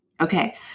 Okay